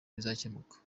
bizakemuka